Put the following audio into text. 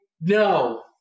no